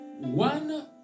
one